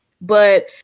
But-